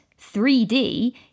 3d